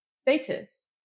status